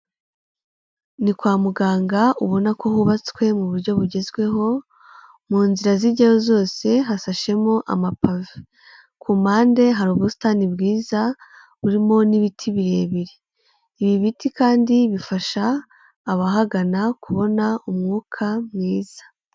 Ni kwa muganga ubona ko hubatswe mu buryo bugezweho mu nzira zijyayo zose hashashemo amapave, ku mpande hari ubusitani bwiza burimo n'ibiti birebire, ibi biti kandi bifasha abahagana kubona umwuka mwiza.